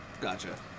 Gotcha